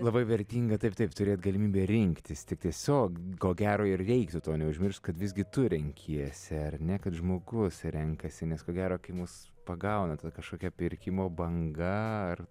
labai vertinga taip taip turėt galimybę rinktis tik tiesiog ko gero ir reiktų to neužmiršt kad visgi tu renkiesi ar ne kad žmogus renkasi nes ko gero kai mus pagauna ta kažkokia pirkimo banga ar